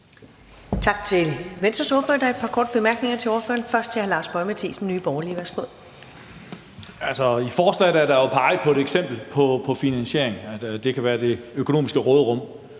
I forslaget er der jo peget på et eksempel på en finansiering, altså at det kan være det økonomiske råderum.